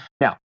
Now